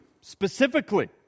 specifically